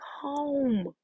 home